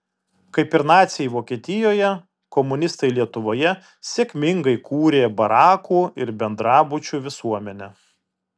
kaip ir naciai vokietijoje komunistai lietuvoje sėkmingai kūrė barakų ar bendrabučių visuomenę